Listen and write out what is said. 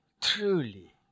truly